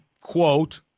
quote